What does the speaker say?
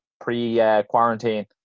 pre-quarantine